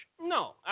No